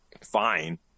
fine